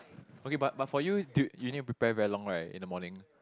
okay but but for you do you need to prepare very long right in the morning